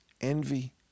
envy